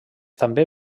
també